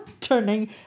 turning